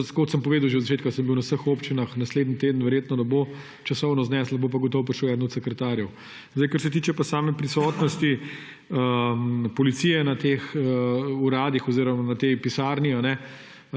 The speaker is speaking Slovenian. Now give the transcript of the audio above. Kot sem povedal že na začetku, sem bil na vseh občinah. Naslednji teden verjetno ne bo časovno zneslo, bo pa gotovo prišel eden od sekretarjev. Kar se tiče pa same prisotnosti policije na teh uradih oziroma v tej pisarni,